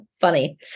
funny